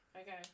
Okay